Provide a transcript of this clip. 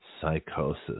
psychosis